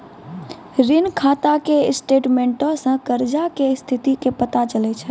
ऋण खाता के स्टेटमेंटो से कर्जा के स्थिति के पता चलै छै